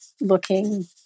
looking